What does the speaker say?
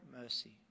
mercy